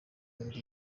ndi